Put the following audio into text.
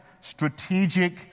strategic